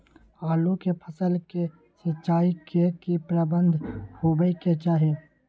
आलू के फसल के सिंचाई के की प्रबंध होबय के चाही?